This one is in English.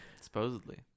Supposedly